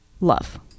love